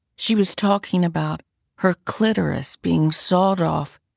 she was talking about her clitoris being sawed off,